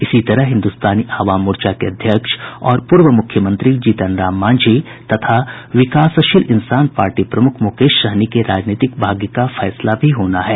इसी तरह हिन्द्रस्तानी आवाम मोर्चा के अध्यक्ष और पूर्व मुख्यमंत्री जीतन राम मांझी तथा विकासशील इंसान पार्टी प्रमुख मुकेश सहनी के राजनीतिक भाग्य का फैसला भी होना है